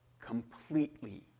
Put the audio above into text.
completely